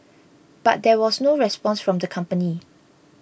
but there was no response from the company